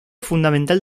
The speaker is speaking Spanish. fundamental